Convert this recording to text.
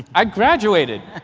i graduated.